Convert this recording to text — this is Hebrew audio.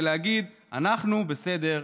ולהגיד: אנחנו בסדר,